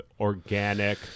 organic